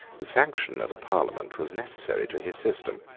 the sanction of a parliament was necessary to his system.